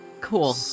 Cool